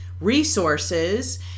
resources